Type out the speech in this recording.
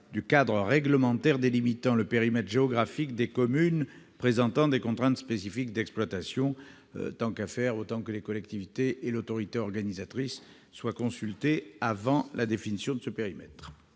du cadre réglementaire délimitant le périmètre géographique des communes présentant des contraintes spécifiques d'exploitation. Il semble en effet souhaitable que les collectivités territoriales et l'autorité organisatrice soient consultées avant la définition de ce périmètre.